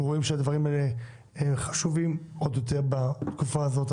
אנחנו רואים שהדברים האלה חשובים עוד יותר בתקופה הזאת.